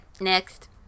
next